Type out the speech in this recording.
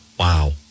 Wow